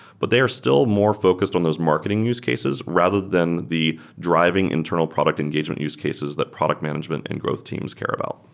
but they are still more focused on those marketing use cases rather than the driving internal product engagement use cases that product management and growth teams care about.